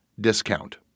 discount